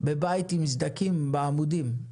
בבית עם סדקים בעמודים.